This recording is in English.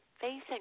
facing